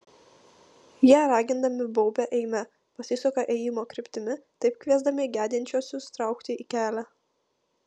jie ragindami baubia eime pasisuka ėjimo kryptimi taip kviesdami gedinčiuosius traukti į kelią